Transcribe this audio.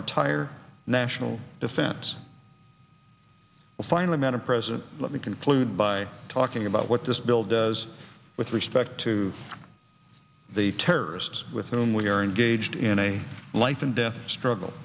entire national defense and finally met a president let me conclude by talking about what this bill does with respect to the terrorists with whom we are engaged in a life and death struggle